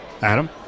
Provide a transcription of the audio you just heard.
Adam